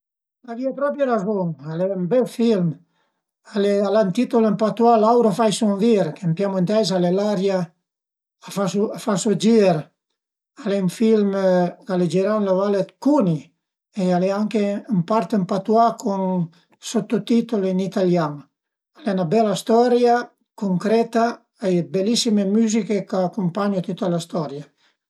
L'avìe propi razun, al e ün bel film, al e al a ün titul ën patuà, l'aouro fai sun vir, ën piemuntes al e l'aria a fa su a fa so gir, al e ën film ch'al e girà ën üna valle d'Cuni e al e anche ën part ën patuà cun sottotili ën italian. Al e 'na bela storia, cuncreta, a ie d'belissime müziche ch'a acumpagnu tüta la storia